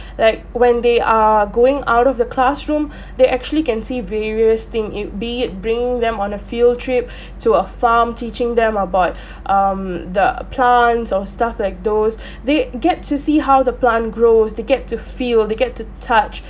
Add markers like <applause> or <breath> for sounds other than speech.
like when they are going out of the classroom <breath> they actually can see various thing it be it bringing them on a field trip <breath> to a farm teaching them about <breath> um the plants or stuff like those <breath> they get to see how the plant grows to get to feel they get to touch